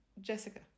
Jessica